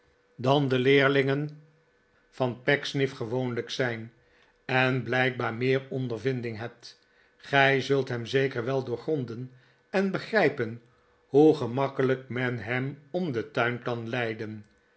dan de leerlingen van pecksniff gewoonlijk zijn en blijkbaar meer ondervinding hebt gij zult hem zeker wel doorgronden en begrijpen hoe gemakkelijk men hem om den tain kan leiden